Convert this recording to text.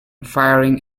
firing